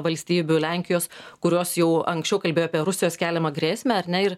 valstybių lenkijos kurios jau anksčiau kalbėjo apie rusijos keliamą grėsmę ar ne ir